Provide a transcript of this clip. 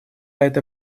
это